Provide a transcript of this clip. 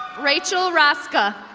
rachel roska.